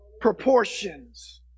proportions